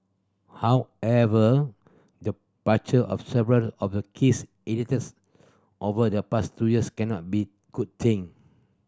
however departure of several of the keys editors over the past two years cannot be good thing